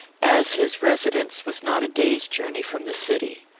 as his residence was not a day's journey from the city.